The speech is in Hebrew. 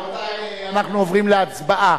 רבותי, אנחנו עוברים להצבעה.